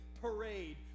parade